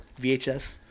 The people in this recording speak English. VHS